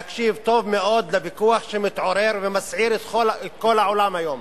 להקשיב טוב מאוד לוויכוח שמתעורר ומסעיר את כל העולם היום,